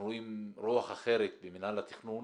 אנחנו רואים רוח אחרת במנהל התכנון,